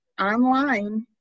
online